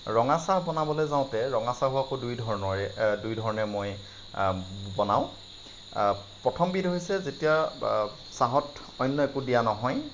ৰঙা চাহ বনাবলৈ যাওঁতে ৰঙা চাহ আকৌ দুই ধৰণৰ দুই ধৰণে মই বনাওঁ প্ৰথমবিধ হৈছে যেতিয়া চাহত অন্য একো দিয়া নহয়